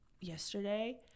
yesterday